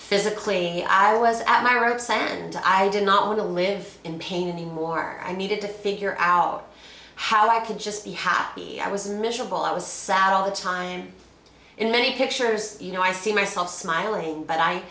physically i was arab sand i did not want to live in pain anymore i needed to figure out how i could just be happy i was miserable i was sad all the time in many pictures you know i see myself smiling but i